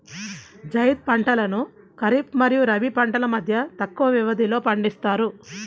జైద్ పంటలను ఖరీఫ్ మరియు రబీ పంటల మధ్య తక్కువ వ్యవధిలో పండిస్తారు